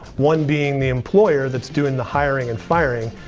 one being the employer that's doing the hiring and firing,